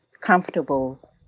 comfortable